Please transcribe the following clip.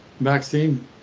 vaccine